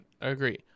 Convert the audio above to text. agree